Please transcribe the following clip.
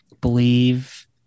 believe